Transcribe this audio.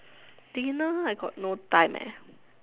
dinner I got no time eh